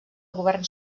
govern